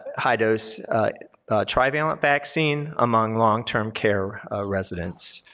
high dose trivalent vaccine among long-term care residents.